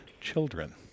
children